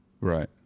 Right